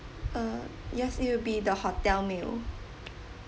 uh yes it will be the hotel meal